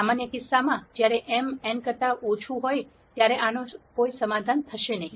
સામાન્ય કિસ્સામાં જ્યારે m n કરતા ઓછું હોય ત્યારે આનો કોઈ સમાધાન થશે નહીં